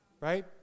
Right